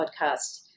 podcast